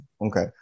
Okay